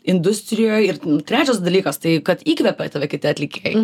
industrijoj ir trečias dalykas tai kad įkvepia tave kiti atlikėjai